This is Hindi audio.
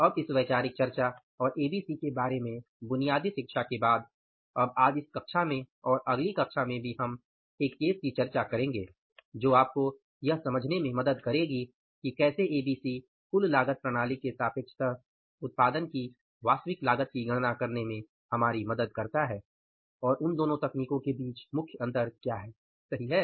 अब इस वैचारिक चर्चा और एबीसी के बारे में बुनियादी शिक्षा के बाद अब आज इस कक्षा में और अगली कक्षा में भी हम एक केस की चर्चा करेंगे जो आपको यह समझने में मदद करेगी कि कैसे एबीसी कुल लागत प्रणाली के सापेक्ष्तः उत्पादन की वास्तविक लागत की गणना करने में हमारी मदद करता है और उन दोनों तकनीकों के बीच मुख्य अंतर क्या है सही है